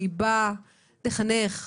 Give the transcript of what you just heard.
שבאה לחנך,